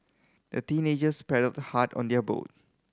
the teenagers paddled hard on their boat